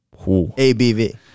ABV